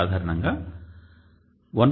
సాధారణంగా 1